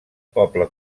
poble